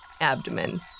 abdomen